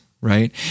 right